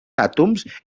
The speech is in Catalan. àtoms